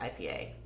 IPA